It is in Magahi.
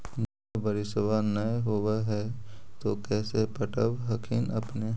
जब बारिसबा नय होब है तो कैसे पटब हखिन अपने?